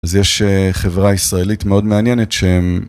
אז יש חברה ישראלית מאוד מעניינת שהם...